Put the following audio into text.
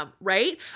right